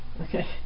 Okay